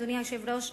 אדוני היושב-ראש,